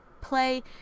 play